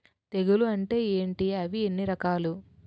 తెగులు అంటే ఏంటి అవి ఎన్ని రకాలు?